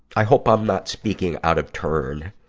i hope i'm not speaking out of turn,